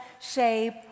shape